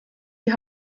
die